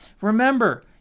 Remember